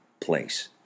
place